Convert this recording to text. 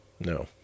no